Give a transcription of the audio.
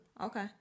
Okay